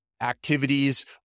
activities